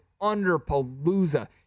underpalooza